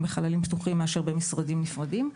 בחללים פתוחים מאשר במשרדים נפרדים.